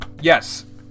yes